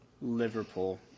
Liverpool